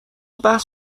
بحث